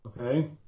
Okay